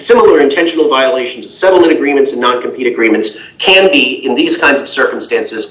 similar intentional violations settlement agreements not compete agreements can be in these kinds of circumstances